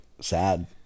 sad